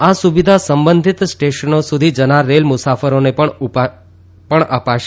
આ સુવિધા સંબંધિત સ્ટેશનો સુધી જનાર રેલ મુસાફરોને પણ અપાશે